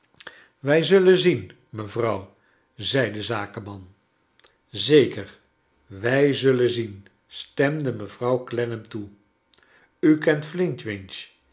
wij zullen zien mevrouw zei de zakenman zeker wij zullen zien stemde mevrouw clennam toe u kent flintwinch